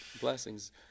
blessings